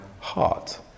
heart